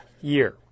year